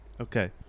Okay